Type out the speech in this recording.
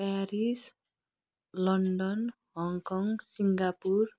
Paris London Hong Kong Singapore